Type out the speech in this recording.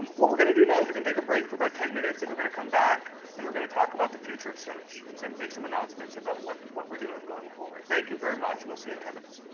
what we're going to do now is we're going to take a break for about ten minutes, and we're going to come back. and we're going to talk about the future of search. and make some announcements about what what we're doing going forward. thank you very much. we'll see in ten minutes.